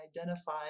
identify